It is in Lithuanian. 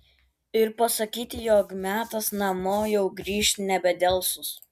ir pasakyti jog metas namo jau grįžt nebedelsus